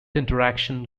interaction